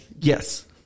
Yes